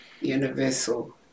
universal